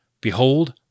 Behold